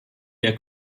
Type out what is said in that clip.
der